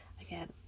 Again